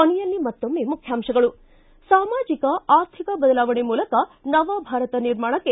ಕೊನೆಯಲ್ಲಿ ಮತ್ತೊಮ್ನೆ ಮುಖ್ಯಾಂಶಗಳು ಿ ಸಾಮಾಜಿಕ ಆರ್ಥಿಕ ಬದಲಾವಣೆ ಮೂಲಕ ನವಭಾರತ ನಿರ್ಮಾಣಕ್ಕೆ